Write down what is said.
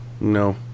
no